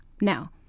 Now